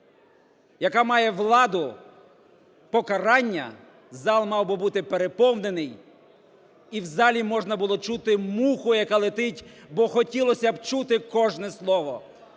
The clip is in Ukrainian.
яка має владу, покарання, зал мав би бути переповнений і в залі можна було чути муху, яка летить, бо хотілося б чути кожне слово.